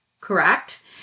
correct